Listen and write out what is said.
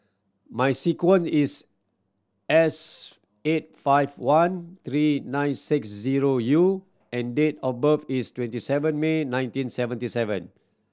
my sequence is S eight five one three nine six zero U and date of birth is twenty seven May nineteen seventy seven